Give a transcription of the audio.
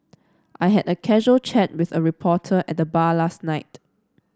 I had a casual chat with a reporter at the bar last night